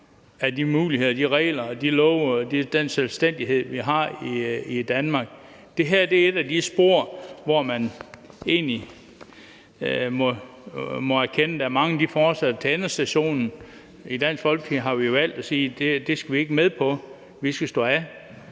af de muligheder, de regler, de love og den selvstændighed, vi har i Danmark. Det her er et af de spor, hvor man egentlig må erkende, at mange fortsætter til endestationen, men i Dansk Folkeparti har vi valgt at sige, at det skal vi ikke være med til. Vi skal stå af.